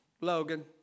Logan